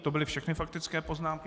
To byly všechny faktické poznámky.